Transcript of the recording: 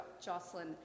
Jocelyn